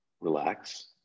relax